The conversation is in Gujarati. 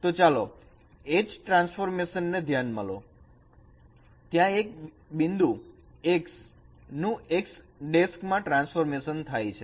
તો ચાલો H ટ્રાન્સફોર્મેશન ને ધ્યાનમાં લો જ્યાં એક બિંદુ X નું X મા ટ્રાન્સફોર્મેશન થાય છે